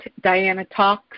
dianatalks